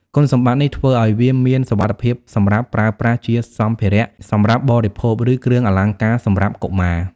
គុណសម្បត្តិនេះធ្វើឱ្យវាមានសុវត្ថិភាពសម្រាប់ប្រើប្រាស់ជាសម្ភារៈសម្រាប់បរិភោគ ឬគ្រឿងអលង្ការសម្រាប់កុមារ។